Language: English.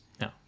no